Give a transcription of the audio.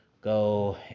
go